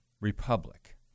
republic